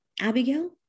Abigail